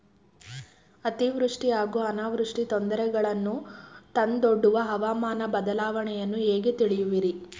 ಅತಿವೃಷ್ಟಿ ಹಾಗೂ ಅನಾವೃಷ್ಟಿ ತೊಂದರೆಗಳನ್ನು ತಂದೊಡ್ಡುವ ಹವಾಮಾನ ಬದಲಾವಣೆಯನ್ನು ಹೇಗೆ ತಿಳಿಯುವಿರಿ?